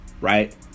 right